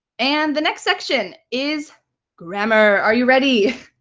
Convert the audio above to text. and the next section is grammar. are you ready?